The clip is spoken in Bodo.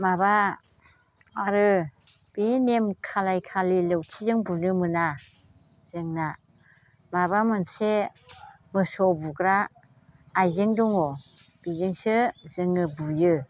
माबा आरो बे नेम खालाम खालि लौथिजों बुनो मोना जोंना माबा मोनसे मोसौ बुग्रा आइजें दङ बेजोंसो जोङो बुयो